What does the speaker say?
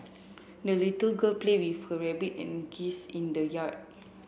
the little girl played with her rabbit and geese in the yard